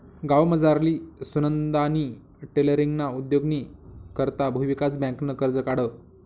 गावमझारली सुनंदानी टेलरींगना उद्योगनी करता भुविकास बँकनं कर्ज काढं